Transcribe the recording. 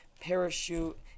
Parachute